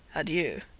adieu.